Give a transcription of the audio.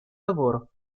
lavoro